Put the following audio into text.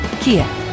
Kia